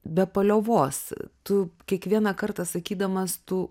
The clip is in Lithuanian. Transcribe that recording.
be paliovos tu kiekvieną kartą sakydamas tu